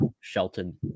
Shelton